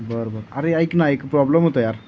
बरं बरं अरे ऐक ना एक प्रॉब्लेम होतं यार